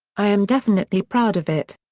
i am definitely proud of it.